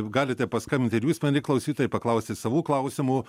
galite paskambinti ir jus mieli klausytojai paklausti savų klausimų